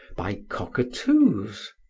by cockatoos.